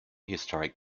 historic